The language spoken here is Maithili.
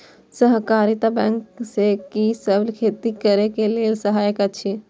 सहकारिता बैंक से कि सब खेती करे के लेल सहायता अछि?